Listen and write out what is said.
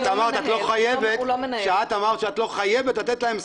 את אמרת שאת לא חייבת לתת להם,